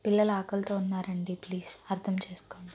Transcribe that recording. పిల్లలు ఆకలితో ఉన్నారండి ప్లీస్ అర్థం చేసుకొండి